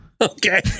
Okay